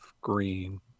Green